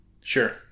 Sure